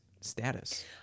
status